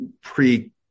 pre